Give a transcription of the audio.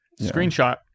Screenshot